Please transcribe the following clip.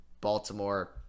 Baltimore